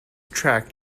track